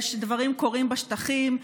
דברים קורים בשטחים,